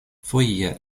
foje